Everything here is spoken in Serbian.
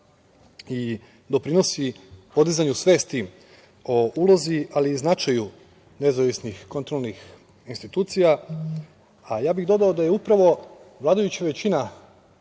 i doprinosi podizanju svesti o ulozi, ali i značaju nezavisnih kontrolnih institucija, a ja bih dodao da je upravo vladajuća većina,